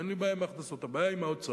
אין לי בעיה עם ההכנסות, הבעיה היא עם ההוצאות.